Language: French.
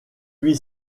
huit